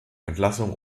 entlassung